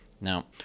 Now